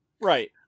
Right